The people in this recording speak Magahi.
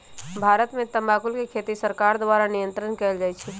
भारत में तमाकुल के खेती सरकार द्वारा नियन्त्रण कएल जाइ छइ